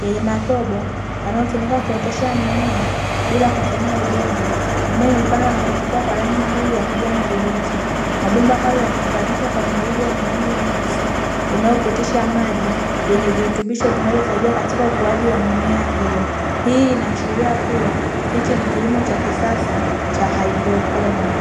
yenye matobo yanayotumika kuoteshea mimea bila kutumia udongo. Mimea imepandwa na kuchipua kwa rangi nzuri ya kijani kibichi. Mabomba hayo yameunganishwa kwa mirija yenye rangi nyeusi inayopitisha maji yenye virutubisho vinavyosaidia katika ukuaji wa mimea hiyo. Hii inaashiria kuwa hichi ni kilimo cha kisasa cha haidroponi.